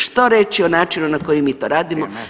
Što reći o načinu na koji mi to radimo?